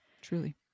truly